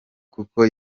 kuko